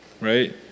right